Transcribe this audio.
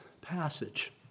passage